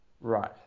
Right